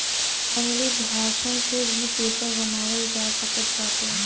जंगली घासन से भी पेपर बनावल जा सकत बाटे